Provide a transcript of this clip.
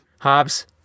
Hobbs